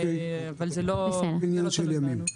אבל זה לא --- עניין של ימים.